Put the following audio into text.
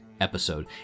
episode